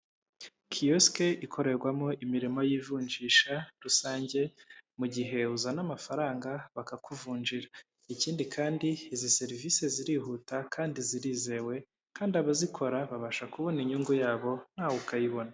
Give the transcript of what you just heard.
Kiyosike ikorerwamo imirimo y'ivunjisha rusange, mu gihe uzana amafaranga bakakuvunjira, ikindi kandi izi serivisi zirihuta kandi zirizewe kandi abazikora babasha kubona inyungu yabo nawe ukayibona.